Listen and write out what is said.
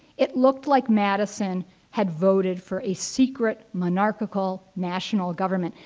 it looked like madison had voted for a secret monarchical national government.